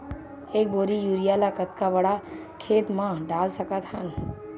एक बोरी यूरिया ल कतका बड़ा खेत म डाल सकत हन?